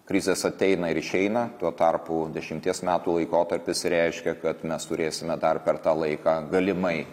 krizės ateina ir išeina tuo tarpu dešimties metų laikotarpis reiškia kad mes turėsime dar per tą laiką galimai